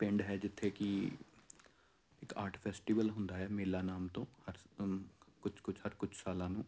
ਪਿੰਡ ਹੈ ਜਿੱਥੇ ਕੀ ਇੱਕ ਆਰਟ ਫੈਸਟੀਵਲ ਹੁੰਦਾ ਹੈ ਮੇਲਾ ਨਾਮ ਤੋਂ ਹਰ ਕੁਛ ਕੁਛ ਹਰ ਕੁਛ ਸਾਲਾਂ ਨੂੰ